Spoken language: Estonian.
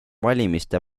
valimiste